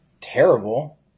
terrible